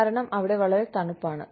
കാരണം അവിടെ വളരെ തണുപ്പാണ്